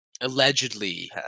Allegedly